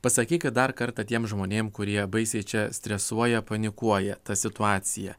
pasakykit dar kartą tiems žmonėm kurie baisiai čia stresuoja panikuoja tą situaciją